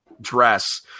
dress